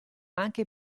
anche